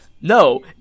no